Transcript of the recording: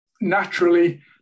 naturally